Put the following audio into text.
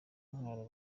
intwaro